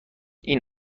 این